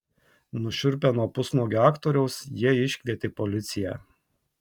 nušiurpę nuo pusnuogio aktoriaus jie iškvietė policiją